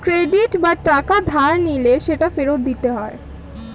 credit বা টাকা ধার নিলে সেটা ফেরত দিতে হয়